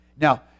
Now